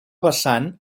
vessant